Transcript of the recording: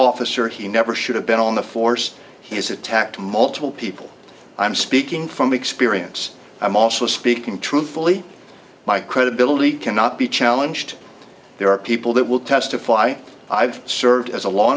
officer he never should have been on the force he's attacked multiple people i'm speaking from experience i'm also speaking truthfully my credibility cannot be challenged there are people that will testify i've served as a law